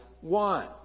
one